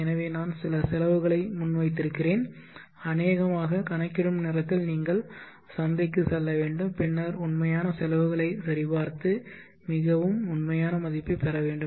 எனவே நான் சில செலவுகளை முன் வைத்திருக்கிறேன் அநேகமாக கணக்கிடும் நேரத்தில் நீங்கள் சந்தைக்குச் செல்ல வேண்டும் பின்னர் உண்மையான செலவுகளை சரிபார்த்து மிகவும் உண்மையான மதிப்பைப் பெற வேண்டும்